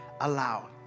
allow